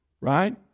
Right